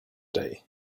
day